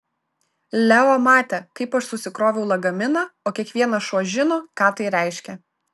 leo matė kaip aš susikroviau lagaminą o kiekvienas šuo žino ką tai reiškia